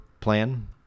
plan